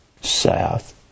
south